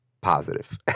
positive